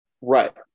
Right